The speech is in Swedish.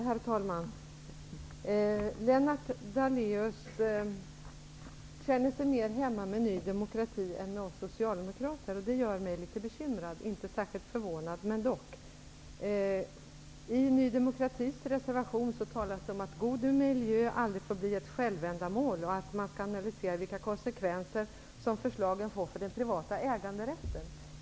Herr talman! Lennart Daléus känner sig mer hemma med Ny demokrati än med oss socialdemokrater. Det gör mig litet bekymrad men inte särskilt förvånad. I Ny demokratis reservation talas det om att god miljö aldrig får bli ett självändamål och att man skall analysera vilka konsekvenser som förslagen får för den privata äganderätten.